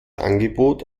angebot